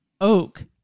oak